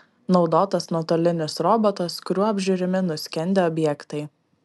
naudotas nuotolinis robotas kuriuo apžiūrimi nuskendę objektai